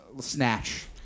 Snatch